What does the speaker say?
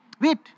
Wait